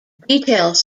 details